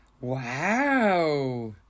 Wow